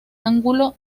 ángulo